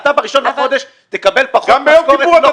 ב-1 בחודש תקבל פחות משכורת אם לא קנית את הקפה?